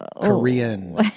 Korean